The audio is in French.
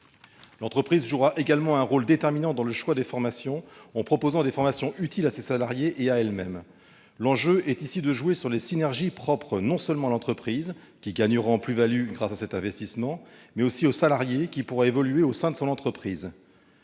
L'entreprise jouera également un rôle déterminant dans le choix des formations, en proposant des formations utiles à ses salariés et à elle-même. L'enjeu est ici de jouer sur les synergies propres non seulement à l'entreprise, qui gagnera en plus-value grâce à cet investissement, mais aussi au salarié, lequel pourra évoluer au sein de son entreprise.